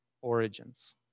origins